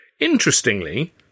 Interestingly